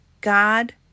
God